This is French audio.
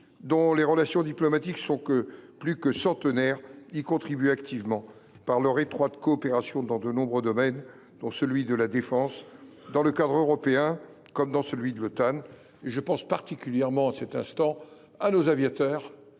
dont les relations diplomatiques sont plus que centenaires, y contribuent activement par leur étroite coopération dans de nombreux domaines, dont celui de la défense, dans le cadre européen comme dans celui de l’Otan. Je pense particulièrement, en cet instant, à nos aviateurs